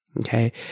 Okay